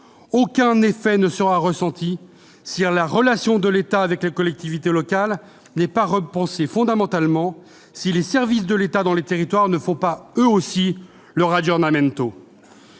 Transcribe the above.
rien ne changera vraiment si la relation de l'État avec les collectivités locales n'est pas repensée fondamentalement et si les services de l'État dans les territoires ne font pas, eux aussi, leur. Hier encore,